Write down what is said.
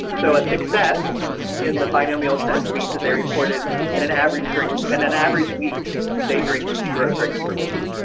so a success in the binomial sense means that they reported in an average strength and an average week they drink zero drinks per week.